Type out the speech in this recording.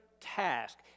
task